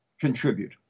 contribute